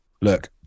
look